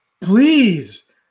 please